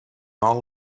all